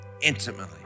intimately